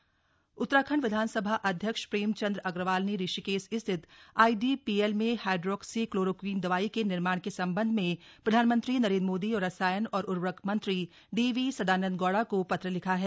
विधानसभा अध्यक्ष उत्तराखंड विधानसभा अध्यक्ष प्रेमचंद अग्रवाल ने ऋषिकेश स्थित आईडीपीएल में हाइड्रोक्सी क्लोरोक्वीन दवाई के निर्माण के संबंध में प्रधानमंत्री नरेंद्र मोदी और रसायन व उर्वरक मंत्री डीवी सदानंद गौड़ा को पत्र लिखा है